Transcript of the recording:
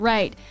Right